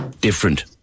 different